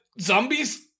zombies